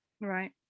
Right